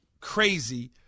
crazy